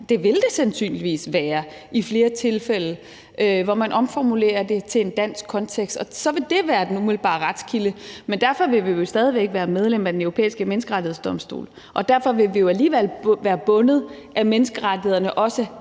det vil det sandsynligvis være i flere tilfælde, altså hvor man omformulerer det til en dansk kontekst, og så vil dét være den umiddelbare retskilde. Men derfor vil vi stadig væk være medlem af Den Europæiske Menneskerettighedsdomstol, og derfor vil vi jo alligevel være bundet af menneskerettighederne, også